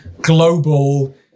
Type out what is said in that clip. global